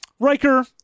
Riker